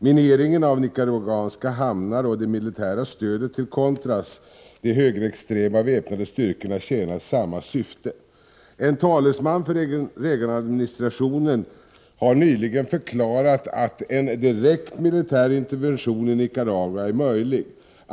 Mineringen av nicaraguanska hamnar och det militära stödet till contras — de högerextrema väpnade styrkorna — tjänar samma syfte. En talesman för Reagan-administrationen har nyligen förklarat att en direkt militär intervention i Nicaragua är möjlig.